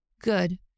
Good